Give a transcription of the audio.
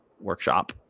Workshop